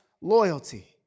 loyalty